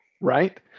Right